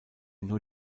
nur